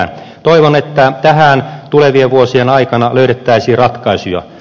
toivon että tähän tulevien vuosien aikana löydettäisiin ratkaisuja